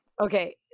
Okay